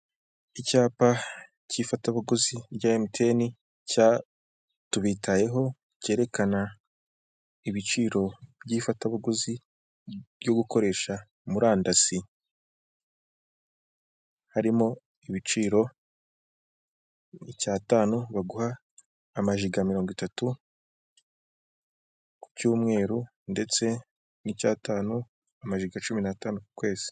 Icyapa 'ifatabuguzi rya emutiyene cya tubitayeho kerekana ibiciro by'ifatabuguzi, byo gukoresha murandasi harimo ibiciro icyatanu baguha amajiga mirongo itatu ku cyumweru ndetse n'icyanu, amajiga cumi n'atanu ku kwezi.